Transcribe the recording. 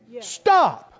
stop